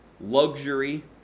luxury